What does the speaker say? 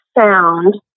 sound